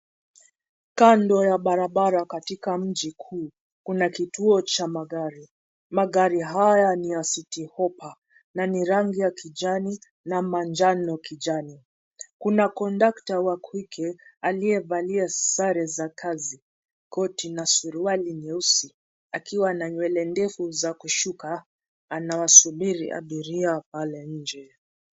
Knado ya barabara katika mji kuu kuna kituo cha magari. Magari haya ni ya Citi Hoppa na ni rangi ya kijani na majano kijani. Kuna kondakta wa kike aliyevaa sare za kazi, koti na suruali nyeusi akiwa na nywele ndefu za kushuka anawasubiri abiria pale nje.